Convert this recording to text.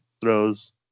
throws